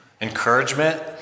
encouragement